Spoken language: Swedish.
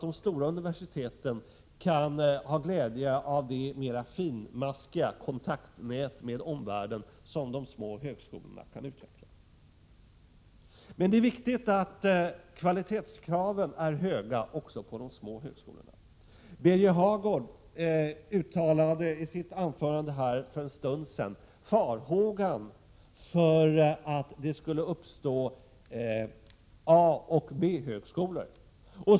De stora universiteten kan också ha glädje av det mer finmaskiga kontaktnät med omvärlden som de små högskolorna kan utveckla. Det är viktigt att vi ställer höga kvalitetskrav även på de små högskolorna. Birger Hagård uttalade i sitt anförande här för en stund sedan farhågor för att det skulle uppstå A och B-högskolor.